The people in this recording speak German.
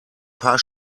paar